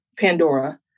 Pandora